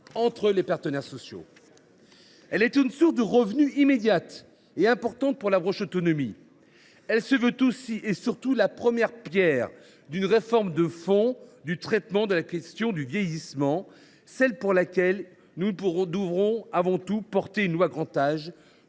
entre les partenaires sociaux. Elle est une source de revenus immédiate et importante pour la branche autonomie. Elle se veut aussi, et surtout, la première pierre d’une réforme de fond du traitement de la question du vieillissement, celle pour laquelle nous devrons examiner une loi Grand Âge,